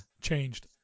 changed